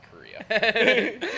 Korea